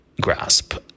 grasp